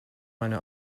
meine